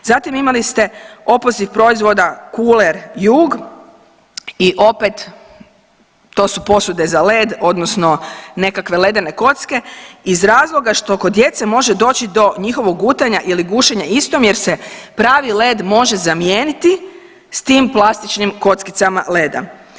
Zatim imali ste opoziv proizvoda cooler jug i opet to su posude za led odnosno nekakve ledene kocke iz razloga što kod djece može doći do njihovog gutanja ili gušenja istom jer se plavi led može zamijeniti s tim plastičnim kockicama leda.